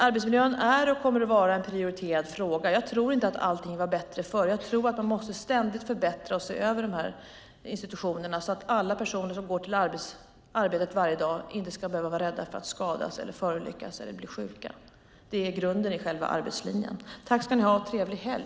Arbetsmiljön är och kommer att vara en prioriterad fråga. Jag tror inte att allting var bättre förr. Jag tror att man ständigt måste förbättra och se över dessa institutioner så att alla personer som går till arbetet varje dag inte ska behöva vara rädda för att skadas, förolyckas eller bli sjuka. Det är grunden i själva arbetslinjen. Jag tackar för debatten och önskar er en trevlig helg.